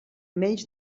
menys